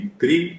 three